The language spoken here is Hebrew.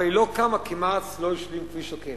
אבל היא לא קמה כי מע"צ לא השלים כביש עוקף.